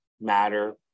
matter